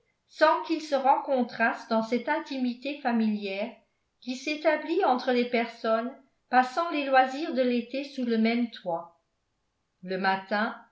sans qu'ils se rencontrassent dans cette intimité familière qui s'établit entre les personnes passant les loisirs de l'été sous le même toit le matin